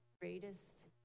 greatest